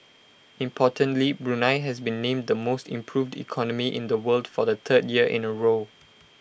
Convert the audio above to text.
importantly Brunei has been named the most improved economy in the world for the third year in A row